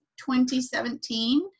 2017